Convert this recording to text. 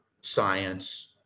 science